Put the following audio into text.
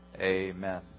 amen